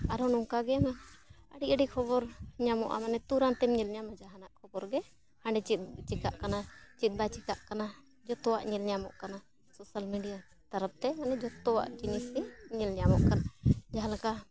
ᱟᱨᱦᱚᱸ ᱱᱚᱝᱠᱟᱜᱮ ᱟᱹᱰᱤ ᱟᱹᱰᱤ ᱠᱷᱚᱵᱚᱨ ᱧᱟᱢᱚᱜᱼᱟ ᱢᱟᱱᱮ ᱛᱩᱨᱟᱹᱛᱮᱢ ᱧᱮᱞ ᱧᱟᱢᱟ ᱡᱟᱦᱟᱱᱟᱜ ᱠᱷᱚᱵᱚᱨ ᱜᱮ ᱦᱟᱰᱮ ᱪᱮᱫ ᱪᱤᱠᱟᱜ ᱠᱟᱱᱟ ᱪᱮᱫ ᱵᱟᱭ ᱪᱤᱠᱟᱜ ᱠᱟᱱᱟ ᱡᱚᱛᱚᱣᱟᱜ ᱧᱮᱞ ᱧᱟᱢᱚᱜ ᱠᱟᱱᱟ ᱥᱳᱥᱟᱞ ᱢᱤᱰᱤᱭᱟ ᱛᱟᱨᱯᱚᱨᱮ ᱢᱟᱱᱮ ᱡᱚᱛᱚᱣᱟᱜ ᱡᱤᱱᱤᱥ ᱜᱮ ᱧᱮᱞ ᱧᱟᱢᱚᱜ ᱠᱟᱱᱟ ᱡᱟᱦᱟᱸ ᱞᱮᱠᱟ